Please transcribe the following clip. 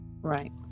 Right